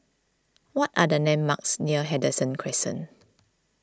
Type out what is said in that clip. what are the landmarks near Henderson Crescent